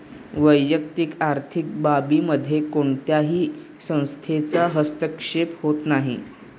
वैयक्तिक आर्थिक बाबींमध्ये कोणत्याही संस्थेचा हस्तक्षेप होत नाही